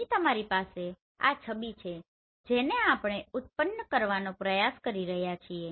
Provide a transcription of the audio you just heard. અહીં તમારી પાસે આ છબી છે જેને આપણે ઉત્પન્ન કરવાનો પ્રયાસ કરી રહ્યા છીએ